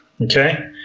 Okay